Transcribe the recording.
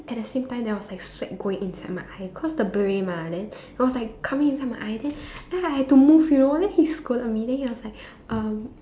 at the same time there was like sweat going inside my eye cause the beret mah then it was like coming inside my eye then then I had to move you know then he scolded me then he was like um